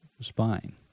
spine